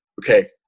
okay